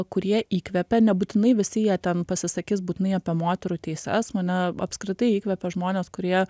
kurie įkvepia nebūtinai visi jie ten pasisakys būtinai apie moterų teises mane apskritai įkvėpia žmones kurie